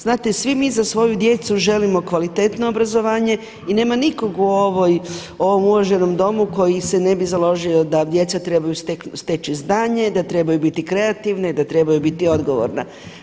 Znate i svi za svoju djecu želimo kvalitetno obrazovanje i nema nikog u ovom uvaženom Domu koji se ne bi založio da djeca trebaju steći znanje, da trebaju biti kreativna i da trebaju biti odgovorna.